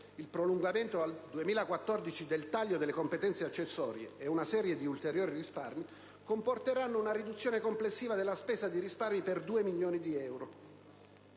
il prolungamento al 2014 del taglio delle competenze accessorie ed una serie di ulteriori risparmi, comporteranno una riduzione complessiva della spesa di circa 14 milioni di euro